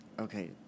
Okay